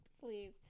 Please